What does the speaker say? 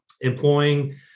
employing